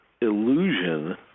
illusion